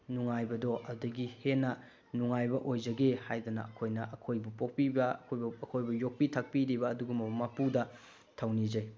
ꯅꯨꯡꯉꯥꯏꯕꯗꯣ ꯑꯗꯨꯗꯒꯤ ꯍꯦꯟꯅ ꯅꯨꯡꯉꯥꯏꯕ ꯑꯣꯏꯖꯒꯦ ꯍꯥꯏꯗꯅ ꯑꯩꯈꯣꯏꯅ ꯑꯩꯈꯣꯏꯕꯨ ꯄꯣꯛꯄꯤꯕ ꯑꯩꯈꯣꯏꯕꯨ ꯌꯣꯛꯄꯤ ꯊꯥꯛꯄꯤꯔꯤꯕ ꯑꯗꯨꯒꯨꯝꯂꯕ ꯃꯄꯨꯗ ꯊꯧꯅꯤꯖꯩ